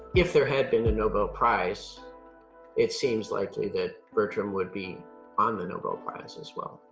if there had been a nobel prize it seems likely that bertram would be on the nobel prize as well.